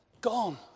Gone